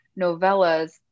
novellas